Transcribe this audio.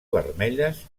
vermelles